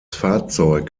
fahrzeug